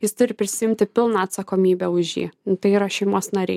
jis turi prisiimti pilną atsakomybę už jį tai yra šeimos nariai